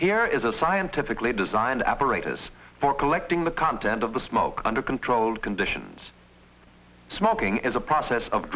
here is a scientifically designed operators for collecting the content of the smoke under controlled conditions smoking is a process of